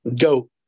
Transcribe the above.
Go